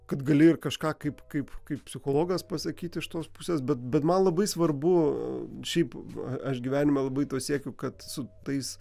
kad gali ir kažką kaip kaip kaip psichologas pasakyti iš tos pusės bet bet man labai svarbu šiaip aš gyvenime labai to siekiu kad su tais